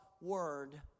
word